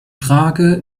frage